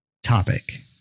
Topic